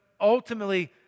ultimately